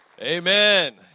Amen